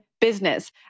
business